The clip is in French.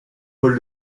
pol